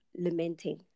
lamenting